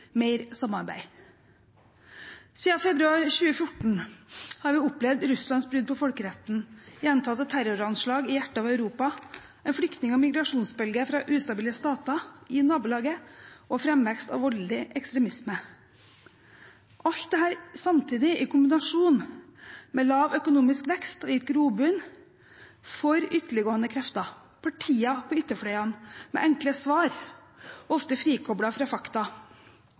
mer samarbeid. Siden februar 2014 har vi opplevd Russlands brudd på folkeretten, gjentatte terroranslag i hjertet av Europa, en flyktning- og migrasjonsbølge fra ustabile stater i nabolaget og framvekst av voldelig ekstremisme. Alt dette samtidig og i kombinasjon med lav økonomisk vekst har gitt grobunn for ytterliggående krefter, partier på ytterfløyene med enkle svar ofte frikoblet fra fakta.